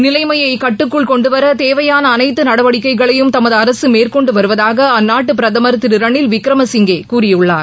நிலைமையை கட்டுக்குள் கொண்டுவர தேவையான அனைத்து நடவடிக்கைகளையும் தமது அரசு மேற்கொண்டு வருவதாக அந்நாட்டு பிரதமர் திரு ரணில் விக்கிரமசிங்கே கூறியுள்ளார்